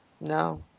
no